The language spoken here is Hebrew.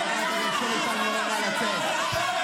חברת הכנסת, נא לצאת.